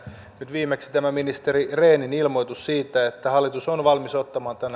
nyt viimeksi ministeri rehnin ilmoitus siitä että hallitus on valmis ottamaan